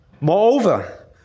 Moreover